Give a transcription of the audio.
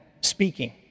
speaking